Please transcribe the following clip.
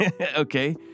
okay